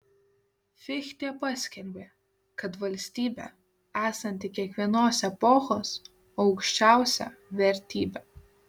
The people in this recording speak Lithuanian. fichtė paskelbė kad valstybė esanti kiekvienos epochos aukščiausia vertybė